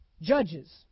Judges